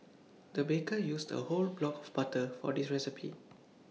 the baker used A whole block of butter for this recipe